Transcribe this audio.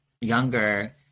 younger